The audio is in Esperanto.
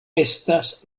estas